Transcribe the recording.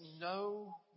no